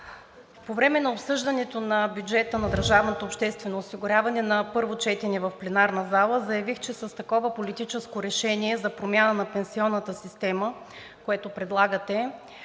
По време на обсъждането на бюджета на държавното обществено осигуряване на първо четене в пленарната зала заявих, че с такова политическо решение за промяна на пенсионната система, което предлагате,